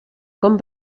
com